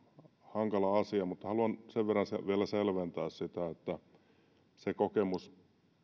hankala asia mutta haluan sen verran vielä selventää sitä että se kokemus